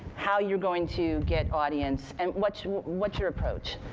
how you're going to get audience, and what's your what's your approach?